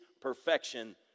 perfection